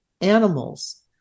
Animals